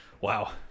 wow